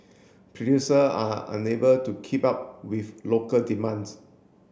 producer are unable to keep up with local demands